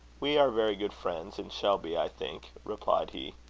we are very good friends, and shall be, i think, replied he.